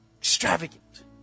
Extravagant